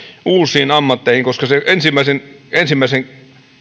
uusiin ammatteihin koska sen ensimmäisen